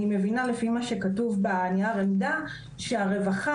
אני מבינה לפי מה שכתוב בנייר העמדה שהרווחה